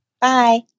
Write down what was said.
Bye